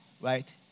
right